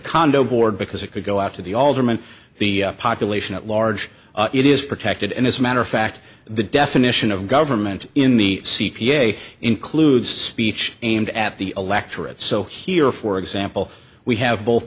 condo board because it could go out to the alderman the population at large it is protected and as a matter of fact the definition of government in the c p a includes speech aimed at the electorate so here for example we have both